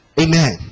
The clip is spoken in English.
Amen